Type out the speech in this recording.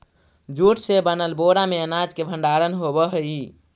jute से बनल बोरा में अनाज के भण्डारण होवऽ हइ